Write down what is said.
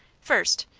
first,